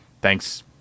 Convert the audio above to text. thanks